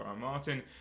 Martin